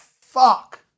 fuck